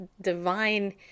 divine